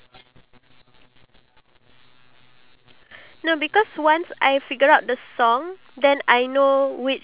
oh that's not bad you know it's it's better than the one where you sold your laptop and then only got like how much